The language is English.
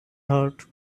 heart